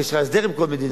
כי יש לך הסדר עם כל מדינה.